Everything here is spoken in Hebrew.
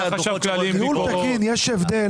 ניהול תקין, יש הבדל.